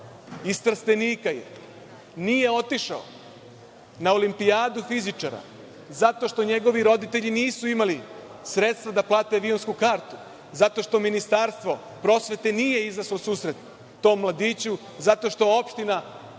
iz Trstenika je, nije otišao na olimpijadu fizičara zato što njegovi roditelji nisu imali sredstva da plate avionsku kartu, zato što Ministarstvo prosvete nije izašlo u susret tom mladiću, zato što lokalna